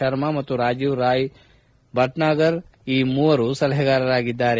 ಶರ್ಮಾ ಮತ್ತು ರಾಜೀವ್ ರಾಯ್ ಭಟ್ನಾಗರ್ ಈ ಮೂವರು ಸಲಹೆಗಾರರಾಗಿದ್ದಾರೆ